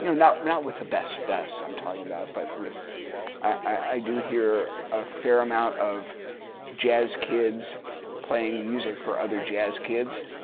you know not not with the best-best i'm talking about, but with i do hear a fair amount of jazz kids playing music for other jazz kids.